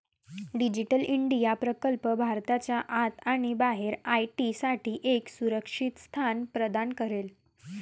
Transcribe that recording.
digital India प्रकल्प भारताच्या आत आणि बाहेर आय.टी साठी एक सुरक्षित स्थान प्रदान करेल